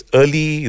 early